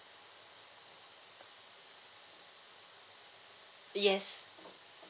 yes